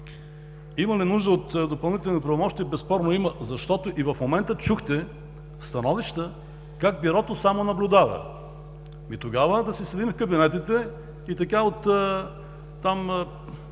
Имаме нужда от допълнителни правомощия, безспорно има… И в момента чухте становища как Бюрото само наблюдава. Ами тогава да си седим в кабинетите и така от щорите